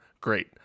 Great